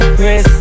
Chris